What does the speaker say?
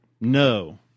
No